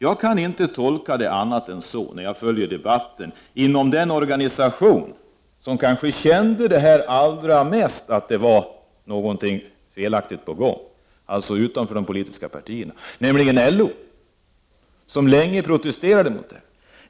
Jag kan inte tolka det på annat sätt när jag följt debatten inom den organisation utanför de politiska partierna som kanske allra mest kände att det var någonting felaktigt på gång, nämligen LO, som länge protesterade mot detta förslag.